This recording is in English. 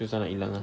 susah nak hilang ah